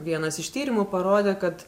vienas iš tyrimų parodė kad